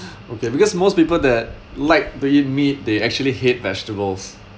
okay because most people that like to eat meat they actually hate vegetables